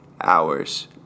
hours